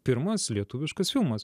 pirmas lietuviškas filmas